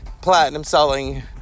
platinum-selling